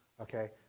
okay